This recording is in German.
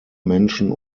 menschen